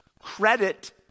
credit